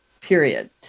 period